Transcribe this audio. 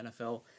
NFL